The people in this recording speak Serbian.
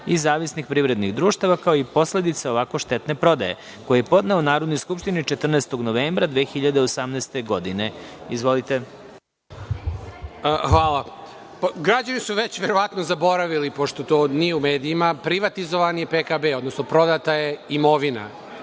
i zavisnih privrednih društava, kao i posledica ovako štetne prodaje, koji je podneo Narodnoj skupštini 14. novembra 2018. godine. Izvolite. **Saša Radulović** Hvala. Građani su verovatno zaboravili, pošto to nije u medijima, privatizovan je PKB, odnosno prodata je imovina